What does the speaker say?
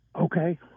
Okay